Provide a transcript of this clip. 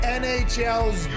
nhl's